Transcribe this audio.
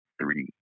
three